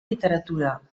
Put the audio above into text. literatura